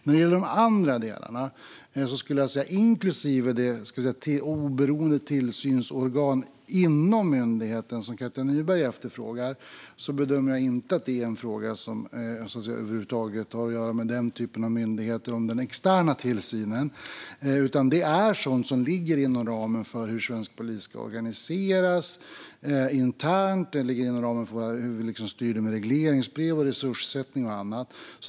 När det gäller de andra delarna, inklusive det oberoende tillsynsorgan inom myndigheten som Katja Nyberg efterfrågar, bedömer jag inte att det över huvud taget har att göra med den typen av myndigheter när det gäller den externa tillsynen. Det är sådant som ligger inom ramen för hur svensk polis ska organiseras internt och för hur vi styr genom regleringsbrev, resurssättning och annat.